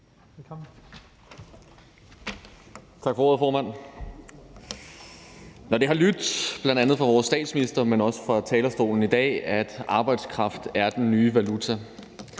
Tak for ordet, formand. Når det bl.a. fra vores statsminister har lydt, men også fra talerstolen i dag, at arbejdskraft er den nye valuta,